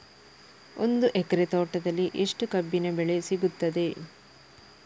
ಒಂದು ಎಕರೆ ತೋಟದಲ್ಲಿ ಎಷ್ಟು ಕಬ್ಬಿನ ಬೆಳೆ ಸಿಗುತ್ತದೆ?